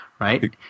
right